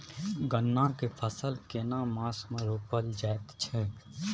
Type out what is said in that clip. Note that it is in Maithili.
गन्ना के फसल केना मास मे रोपल जायत छै?